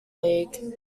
league